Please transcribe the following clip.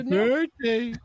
birthday